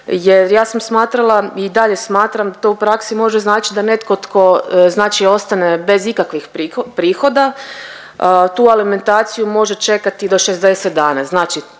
jer ja sam smatrala i dalje smatram da to u praksi može značiti da netko tko, znači ostane bez ikakvih prihoda tu alimentaciju može čekati do 60 dana.